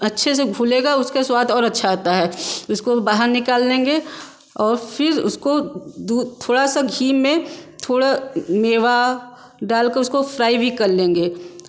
अच्छे से घुलेगा उसका स्वाद और अच्छा आता है उसको बाहर निकाल लेंगे और फिर उसको दूध थोड़ा सा घी में थोड़ा मेवा डालकर उसको फ़्राई भी कर लेंगे